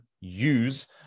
use